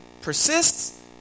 persists